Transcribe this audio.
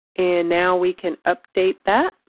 and now we can update that.